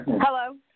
Hello